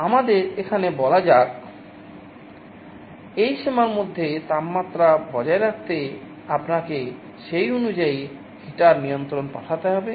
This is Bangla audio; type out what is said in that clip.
আমাদের এখানে বলা যাক এই সীমার মধ্যে তাপমাত্রা বজায় রাখতে আপনাকে সেই অনুযায়ী হিটার নিয়ন্ত্রণ পাঠাতে হবে